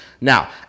Now